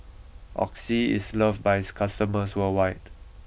Oxy is loved by its customers worldwide